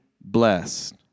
blessed